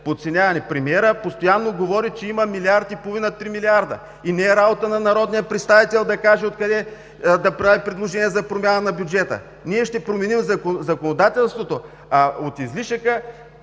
Подценяване! Премиерът постоянно говори, че има милиард и половина – три милиарда. И не е работа на народния представител да прави предложения за промяна на бюджета. Ние ще променим законодателството, а от излишъка